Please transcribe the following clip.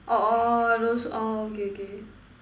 orh those orh okay okay